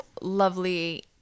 lovely